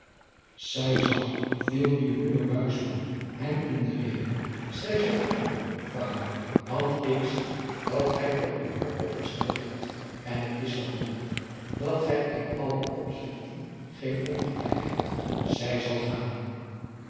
zij zal viel nu moeder buisman hem in de reden zij zal gaan vader want ik zie dat gij er uw hart opgesteld hebt en adriaan loosjes pzn het leven van hillegonda buisman het is wel mogelijk dat gij in alle opzigten geen ongelijk hebt zij zal gaan